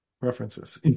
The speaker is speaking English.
references